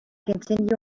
continue